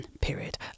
period